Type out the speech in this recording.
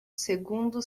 segundo